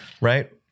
Right